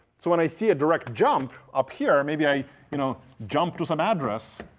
so when i see a direct jump up here, maybe i you know jump to some address.